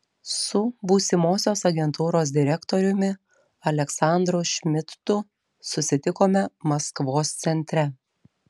su būsimosios agentūros direktoriumi aleksandru šmidtu susitikome maskvos centre